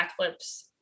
backflips